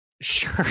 Sure